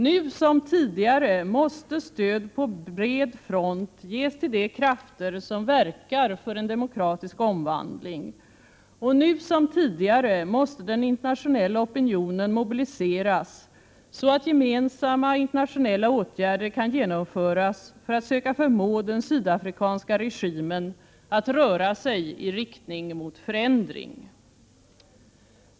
Nu som tidigare måste stöd på bred front ges till de krafter som verkar för en demokratisk omvandling, och nu som tidigare måste den internationella opinionen mobiliseras, så att gemensamma internationella åtgärder kan genomföras för att söka förmå den sydafrikanska regimen att röra sig i riktning mot förändring.